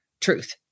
truth